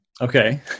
Okay